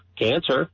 cancer